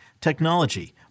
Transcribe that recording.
technology